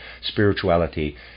spirituality